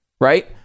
right